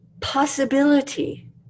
possibility